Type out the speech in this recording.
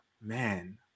man